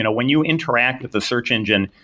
and when you interact with the search engine,